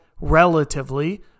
relatively